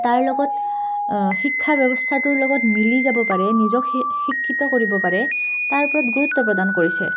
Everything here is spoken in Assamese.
তাৰ লগত শিক্ষা ব্যৱস্থাটোৰ লগত মিলি যাব পাৰে নিজক শিক্ষিত কৰিব পাৰে তাৰ ওপৰত গুৰুত্ব প্ৰদান কৰিছে